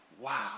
wow